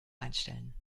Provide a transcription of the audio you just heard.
einstellen